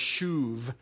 shuv